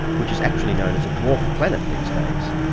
which is actually known as a dwarf planet these days.